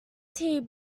tnt